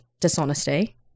dishonesty